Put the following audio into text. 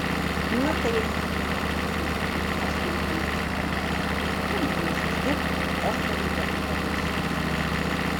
na tai eime su manimi aš turiu penkis kailius tu man juos išdirbk o aš tave gerai pavaišinsiu